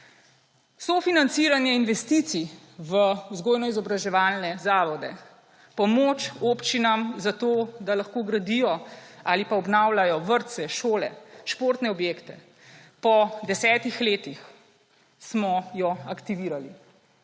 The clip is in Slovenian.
Sofinanciranje investicij v vzgojno-izobraževalne zavode, pomoč občinam, zato da lahko gradijo ali pa obnavljajo vrtce, šole, športne objekte. Po 10 letih smo jo aktivirali